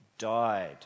died